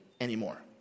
anymore